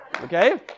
Okay